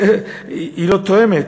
היא לא תואמת.